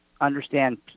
understand